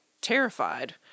terrified